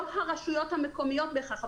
לא הרשויות המקומיות בהכרח,